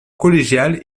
collégiale